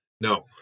No